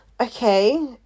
okay